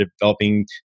developing